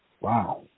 wow